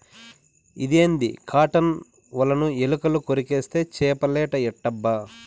ఇదేంది కాటన్ ఒలను ఎలుకలు కొరికేస్తే చేపలేట ఎట్టబ్బా